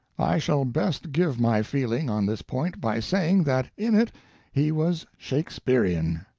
i shall best give my feeling on this point by saying that in it he was shakespearean.